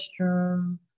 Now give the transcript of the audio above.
restroom